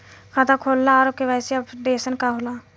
खाता खोलना और के.वाइ.सी अपडेशन का होला?